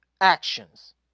actions